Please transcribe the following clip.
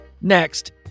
Next